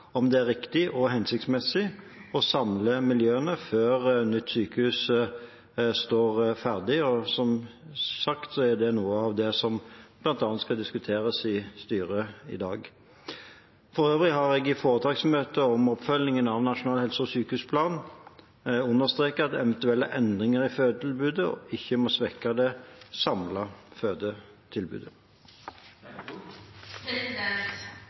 om det er riktig og hensiktsmessig å samle miljøene før nytt sykehus står ferdig. Som sagt er det noe av det som skal diskuteres i styret i dag. For øvrig har jeg i foretaksmøtet om oppfølgingen av Nasjonal helse- og sykehusplan understreket at eventuelle endringer i fødetilbudet ikke må svekke det samlede fødetilbudet.